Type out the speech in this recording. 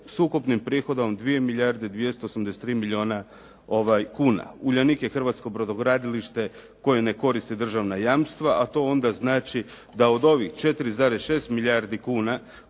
S ukupnim prihodom 2 milijarde 283 milijuna kuna. "Uljanik" je hrvatsko brodogradilište koje ne koristi državna jamstva, a to onda znači da od ovih 4,6 milijardi kuna